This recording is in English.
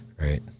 right